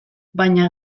baina